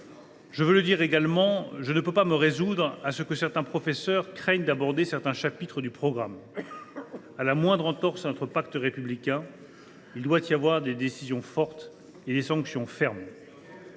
: je ne me résous pas à ce que des professeurs craignent d’aborder certains chapitres du programme. À la moindre entorse à notre pacte républicain, il y doit y avoir des décisions fortes et des sanctions fermes.